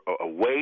away